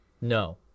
No